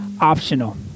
optional